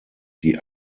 die